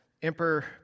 Emperor